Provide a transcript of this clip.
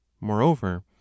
moreover